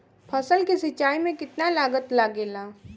फसल की सिंचाई में कितना लागत लागेला?